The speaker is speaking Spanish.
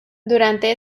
durante